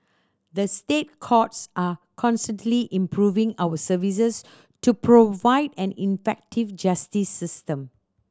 the State Courts are constantly improving our services to provide an effective justice system